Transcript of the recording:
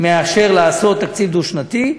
מאשר לעשות תקציב דו-שנתי.